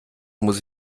muss